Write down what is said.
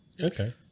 Okay